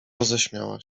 roześmiała